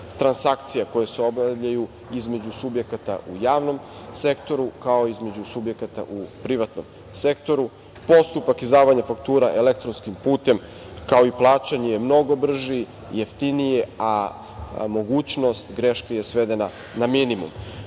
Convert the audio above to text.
transakcija koje se obavljaju između subjekata u javnom sektoru, kao i između subjekata u privatnom sektoru. Postupak izdavanja faktura elektronskim putem, kao i plaćanje je mnogo brži, jeftiniji je, a mogućnost greške je svedena na minimum.